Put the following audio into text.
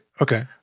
Okay